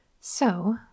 So